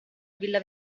villa